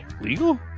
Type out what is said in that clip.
legal